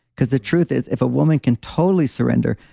because the truth is, if a woman can totally surrender,